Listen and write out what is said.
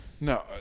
No